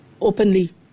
openly